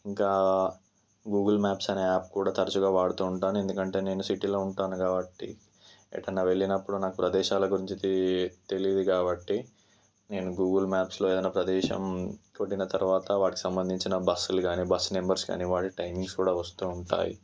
ఇంకా Google maps అనే app కూడా తరచుగా వాడుతూ ఉంటాను ఎందుకంటే నేను సిటీలో ఉంటాను కాబట్టి ఎటన్నా వెళ్ళినప్పుడు నాకు ప్రదేశాల గురించి తె తెలీదు కాబట్టి నేను గూగుల్ మ్యాప్స్లో ఏదైనా ప్రదేశం వెళ్లిన తర్వాత వాటికి సంబంధించిన బస్సులు గానీ బస్సు నంబర్స్ గానీ వాటి టైమింగ్స్ కూడా వస్తూ ఉంటాయి